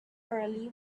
early